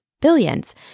billions